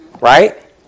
Right